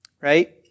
right